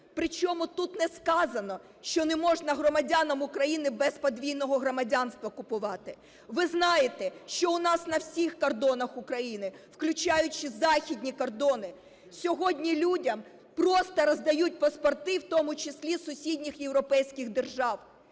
причому тут не сказано, що не можна громадянам України без подвійного громадянства купувати. Ви знаєте, що у нас на всіх кордонах України, включаючи західні кордони, сьогодні людям просто роздають паспорти, в тому числі сусідніх європейських держав.